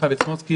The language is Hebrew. חיים ויסמונסקי